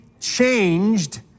changed